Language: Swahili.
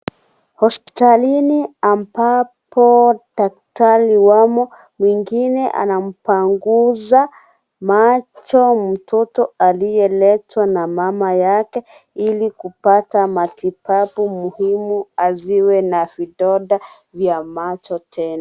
Hospitalini ambapo daktari wamo, mwingine anampanguza macho mtoto aliyeletwa na mama yake ili kupata matibabu muhimu aziwe na vidonda vya macho tena.